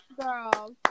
girl